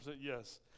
yes